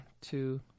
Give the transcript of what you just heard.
two